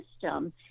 system